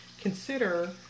consider